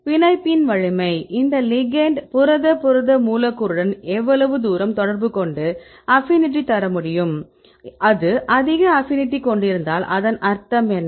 பிணைப்பின் வலிமை இந்த லிகெெண்ட் புரத புரத மூலக்கூறுடன் எவ்வளவு தூரம் தொடர்பு கொண்டு அப்பினிடி தர முடியும் அது அதிக அப்பினிடி கொண்டிருந்தால் அதன் அர்த்தம் என்ன